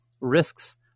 risks